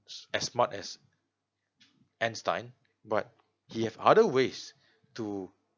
as smart as einstein but he have other ways to